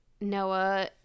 Noah